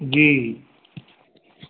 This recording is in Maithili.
जी